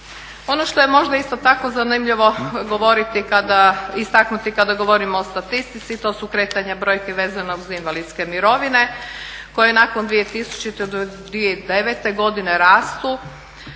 Ono što je možda isto tako zanimljivo govoriti kada istaknuti kada govorimo o statistici. To su kretanja brojki vezano uz invalidske mirovine koje nakon 2000. do 2009. godine rastu